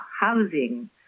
housing